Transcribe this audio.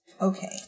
okay